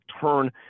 turn